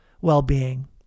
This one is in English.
well-being